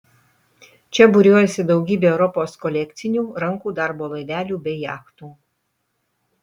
čia būriuojasi daugybė europos kolekcinių rankų darbo laivelių bei jachtų